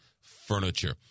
furniture